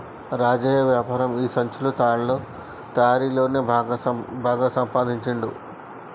రాజయ్య వ్యాపారం ఈ సంచులు తాళ్ల తయారీ తోనే బాగా సంపాదించుండు